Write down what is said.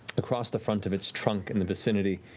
across the front of its trunk in the vicinity,